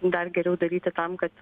dar geriau daryti tam kad